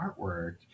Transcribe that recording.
artwork